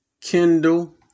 Kindle